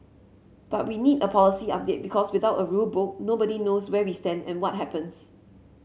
but we need a policy update because without a rule book nobody knows where we stand and what happens